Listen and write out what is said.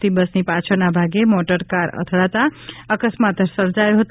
T બસની પાછળના ભાગે મોટરકાર અથડાતાં અકસ્માત સર્જાથો હતો